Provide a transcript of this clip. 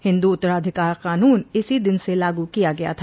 हिंदू उत्तराधिकार कानून इसी दिन से लागू किया गया था